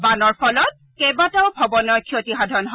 বানপানীৰ ফলত কেবাটাও ভৱনৰ ক্ষতিসাধন হয়